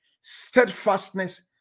steadfastness